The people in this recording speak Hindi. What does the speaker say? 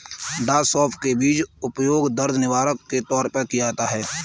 डॉ सौफ के बीज का उपयोग दर्द निवारक के तौर पर भी करते हैं